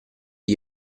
gli